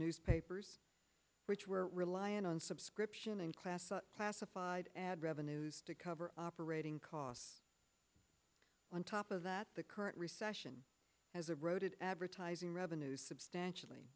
newspapers which were reliant on subscription and class classified ad revenues to cover operating costs on top of that the current recession as a road advertising revenue substantially